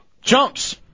Jumps